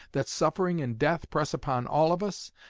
that suffering and death press upon all of us?